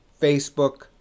facebook